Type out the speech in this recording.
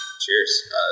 Cheers